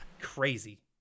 Crazy